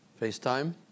FaceTime